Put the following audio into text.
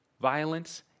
violence